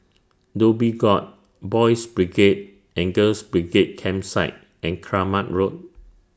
Dhoby Ghaut Boys' Brigade and Girls' Brigade Campsite and Kramat Road